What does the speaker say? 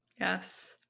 Yes